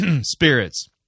spirits